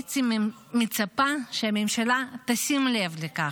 הייתי מצפה שהממשלה תשים לב לכך.